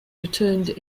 returned